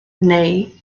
neu